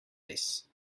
res